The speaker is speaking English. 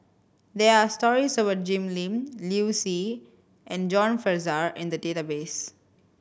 there are stories about Jim Lim Liu Si and John Fraser in the database